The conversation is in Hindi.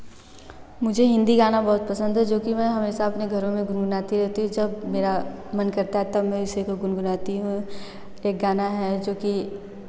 मुझे हिंदी गाना बहुत पसंद है जो कि मैं हमेशा अपने घरों में गुनगुनाती रहती हूँ जब मेरा मन करता है तब मैं इसी को गुनगुनाती हूँ एक गाना है जो कि